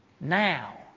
now